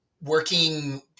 working